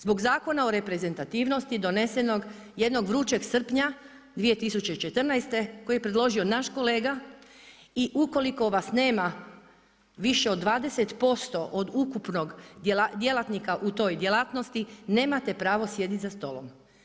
Zbog Zakona o reprezentativnosti donesenog jednog vrućeg srpnja 2014., koji je predložio naš kolega i ukoliko vas nema više od 20 % od ukupnog djelatnika u toj djelatnosti, nemate pravo sjediti za stolom.